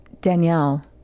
Danielle